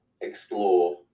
explore